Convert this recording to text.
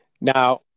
now